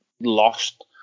lost